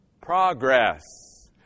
Progress